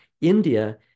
India